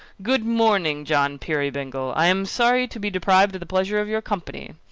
good morning, john peerybingle. i'm sorry to be deprived of the pleasure of your company.